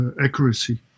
accuracy